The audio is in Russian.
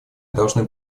должны